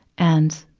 and,